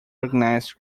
organized